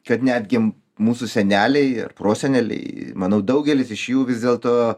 kad netgi mūsų seneliai ir proseneliai manau daugelis iš jų vis dėlto